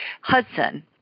Hudson